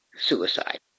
suicide